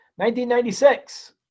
1996